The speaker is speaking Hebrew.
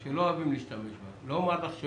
הרטרואקטיביות.